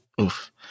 oof